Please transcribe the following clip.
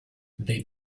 they